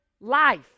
life